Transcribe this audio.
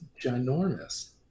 ginormous